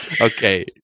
Okay